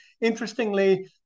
Interestingly